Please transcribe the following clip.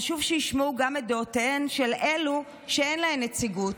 חשוב שישמעו גם את דעותיהן של אלו שאין להן נציגות,